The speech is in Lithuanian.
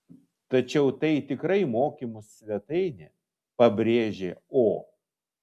tačiau tai tikrai mokymų svetainė pabrėžė o